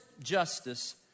justice